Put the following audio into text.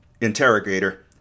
Interrogator